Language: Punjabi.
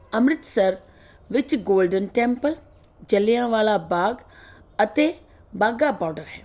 ਅੰਮ੍ਰਿਤਸਰ ਵਿੱਚ ਗੋਲਡਨ ਟੈਂਪਲ ਜਲ੍ਹਿਆਂਵਾਲਾ ਬਾਗ ਅਤੇ ਬਾਘਾ ਬੋਡਰ ਹੈ